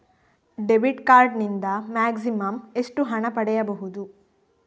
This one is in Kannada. ಡೆಬಿಟ್ ಕಾರ್ಡ್ ನಿಂದ ಮ್ಯಾಕ್ಸಿಮಮ್ ಎಷ್ಟು ಹಣ ಪಡೆಯಬಹುದು?